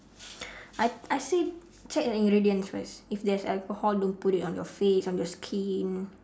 I I say check the ingredient first if there's alcohol don't put it on your face on your skin